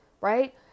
right